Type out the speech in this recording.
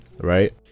right